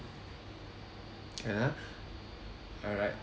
can ah alright